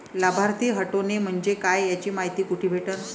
लाभार्थी हटोने म्हंजे काय याची मायती कुठी भेटन?